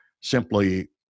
simply